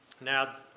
Now